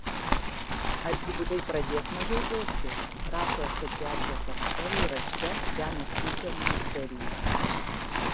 ar gyvuliai pradės mažiau ėsti rašo asociacijos atstovai rašte žemės ūkio ministerijai